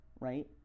right